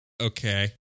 okay